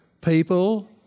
people